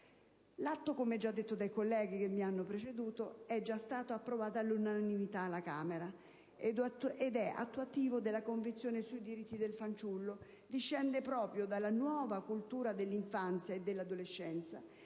testo - come già detto dai colleghi che mi hanno preceduto - già approvato all'unanimità alla Camera ed attuativo della Convenzione sui diritti del fanciullo, discende proprio dalla nuova cultura dell'infanzia e dell'adolescenza